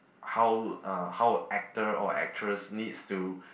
how uh how actor or actress needs to